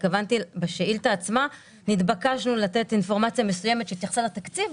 התכוונתי שבשאילתה עצמה התבקשנו לתת אינפורמציה מסוימת שהתייחסה לתקציב,